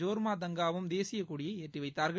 ஜோர்மா தங்காவும் தேசியக்கொடியை ஏற்றி வைத்தார்கள்